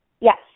Yes